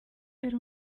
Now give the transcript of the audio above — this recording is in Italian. era